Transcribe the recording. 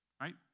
Right